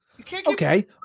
Okay